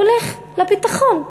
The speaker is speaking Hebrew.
הולך לביטחון.